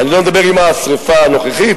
אני לא מדבר עם השרפה הנוכחית,